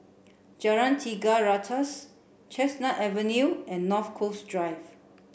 Jalan Tiga Ratus Chestnut Avenue and North Coast Drive